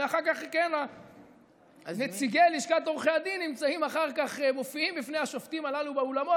אחר כך נציגי לשכת עורכי הדין מופיעים בפני השופטים הללו באולמות.